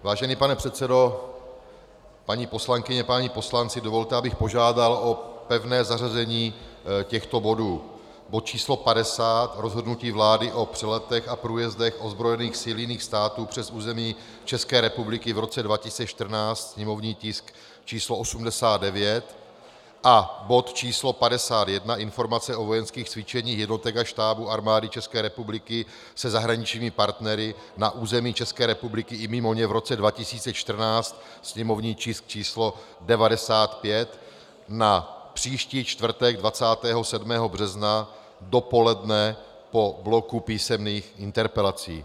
Vážený pane předsedo, paní poslankyně, páni poslanci, dovolte, abych požádal o pevné zařazení těchto bodů: bod číslo 50, Rozhodnutí vlády o přeletech a průjezdech ozbrojených sil jiných států přes území České republiky v roce 2014, sněmovní tisk číslo 89, a bod číslo 51 Informace o vojenských cvičeních jednotek a štábů Armády České republiky se zahraničními partnery na území České republiky i mimo ně v roce 2014, sněmovní tisk číslo 95, na příští čtvrtek 27. března dopoledne po bloku písemných interpelací.